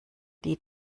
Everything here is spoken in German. die